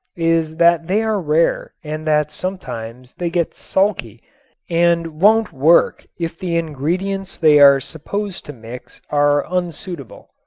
is that they are rare and that sometimes they get sulky and won't work if the ingredients they are supposed to mix are unsuitable.